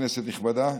כנסת נכבדה,